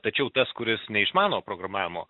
tačiau tas kuris neišmano programavimo